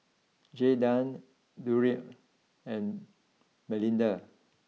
Jaydan Durrell and Melinda